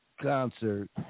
concert